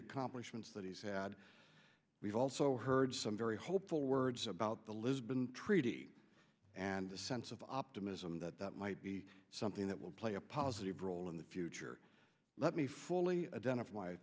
accomplishments that he's had we've also heard some very hopeful words about the lisbon treaty and the sense of optimism that that might be something that will play a positive role in the future let me fully identify